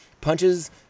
punches